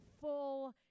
full